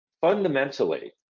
Fundamentally